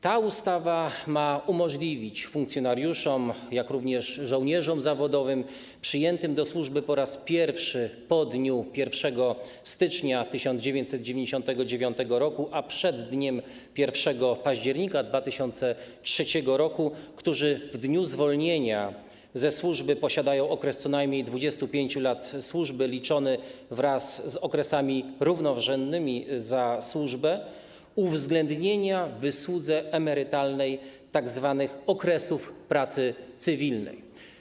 Ta ustawa ma umożliwić funkcjonariuszom, jak również żołnierzom zawodowym przyjętym do służby po raz pierwszy po dniu 1 stycznia 1999 r., a przed dniem 1 października 2003 r., którzy w dniu zwolnienia ze służby posiadają okres co najmniej 25 lat służby liczony wraz z okresami równorzędnymi za służbę, uwzględnienie w wysłudze emerytalnej tzw. okresów pracy cywilnej.